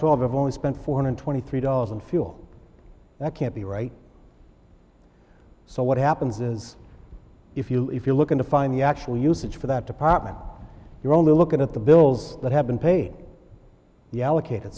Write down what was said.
twelve only spent four hundred twenty three dollars on fuel that can't be right so what happens is if you if you're looking to find the actual usage for that department you're only looking at the bills that have been paid the allocated